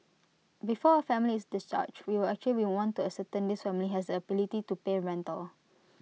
before A family is discharged we actually will want to ascertain this family has the ability to pay rental